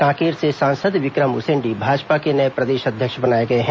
कांकेर से सांसद विक्रम उसेंडी भाजपा के नए प्रदेश अध्यक्ष बनाए गए हैं